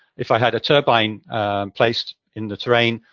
if i had a turbine placed in the terrain,